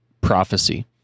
Prophecy